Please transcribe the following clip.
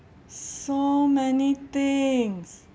so many things